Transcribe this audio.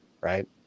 right